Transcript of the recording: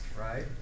Right